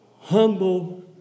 humble